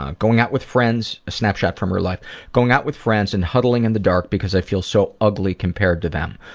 ah going out with friends a snapshot from her life going out with friends and huddling in the dark because i feel so ugly compared to them.